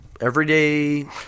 everyday